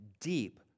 deep